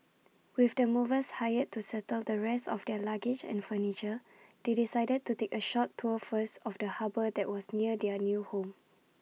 with the movers hired to settle the rest of their luggage and furniture they decided to take A short tour first of the harbour that was near their new home